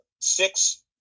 six